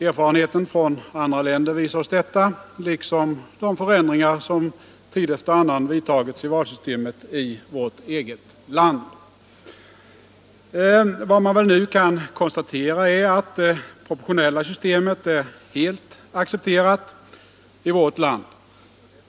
Erfarenheten från andra länder visar oss detta, liksom de förändringar som tid efter annan vidtagits i valsystemet i vårt eget land. Vad man nu kan konstatera är att det proportionella systemet är helt accepterat i vårt land.